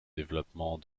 développement